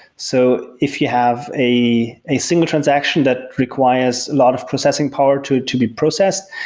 so if you have a a single transaction that requires a lot of processing power to to be processed,